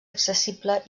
accessible